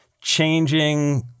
changing